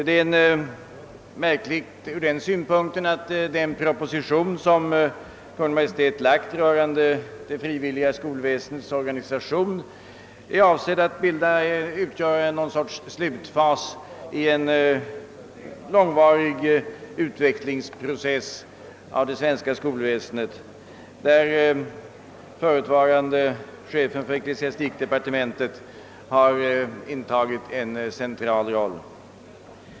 Det är märkligt ur den synpunkten, att den proposition rörande det frivilliga skolväsendets organisation som Kungl. Maj:t framlagt är avsedd att utgöra något slags slutfas i en långvarig utvecklingsprocess av det svenska skolväsendet, i vilken förutvarande chefen för dåvarande ecklesiastikdepartementet har intagit en central ställning.